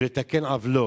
ולתקן עוולות,